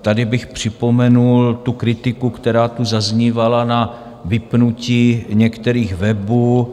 Tady bych připomenul kritiku, která tu zaznívala na vypnutí některých webů.